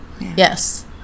Yes